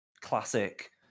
classic